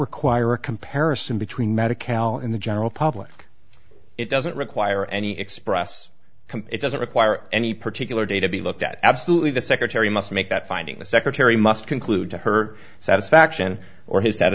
require a comparison between medical in the general public it doesn't require any express it doesn't require any particular data be looked at absolutely the secretary must make that finding the secretary must conclude that her satisfaction or his